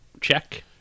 Check